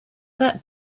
that